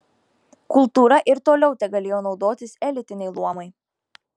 kultūra ir toliau tegalėjo naudotis elitiniai luomai